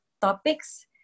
topics